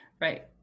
Right